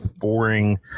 boring